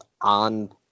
on